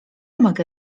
mogę